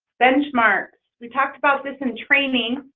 benchmarks, we talked about this in training.